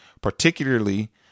particularly